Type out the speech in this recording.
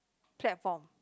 platform